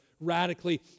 radically